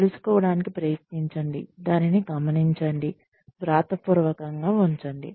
తెలుసుకోవడానికి ప్రయత్నించండి దానిని గమనించండి వ్రాతపూర్వకంగా ఉంచండి